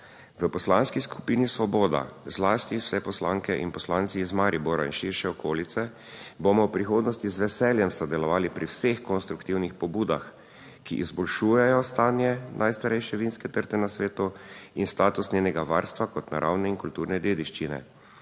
V Poslanski skupini Svoboda, zlasti vse poslanke in poslanci iz Maribora in širše okolice, bomo v prihodnosti z veseljem sodelovali pri vseh konstruktivnih pobudah, ki izboljšujejo stanje najstarejše vinske trte na svetu in status njenega varstva kot naravne in kulturne dediščine,